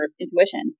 intuition